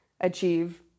achieve